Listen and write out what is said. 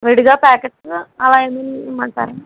విడిగా ప్యాకెట్సు అలా ఎన్ని ఇవ్వమంటారు